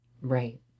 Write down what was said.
right